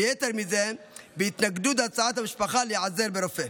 ויתר על כן בהתנגדות להצעת המשפחה להיעזר ברופא.